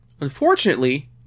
unfortunately